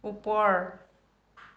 ওপৰ